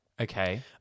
Okay